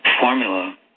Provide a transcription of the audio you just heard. formula